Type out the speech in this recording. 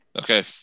Okay